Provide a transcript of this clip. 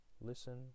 listen